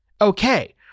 okay